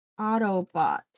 Autobot